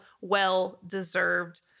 well-deserved